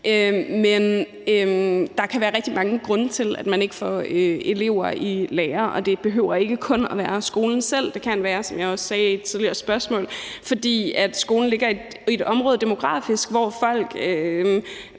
Men der kan være rigtig mange grunde til, at man ikke får elever i lære, og det behøver ikke kun at være skolen selv. Det kan, som jeg også sagde i et tidligere spørgsmål, også være, fordi skolen demografisk set ligger